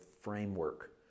framework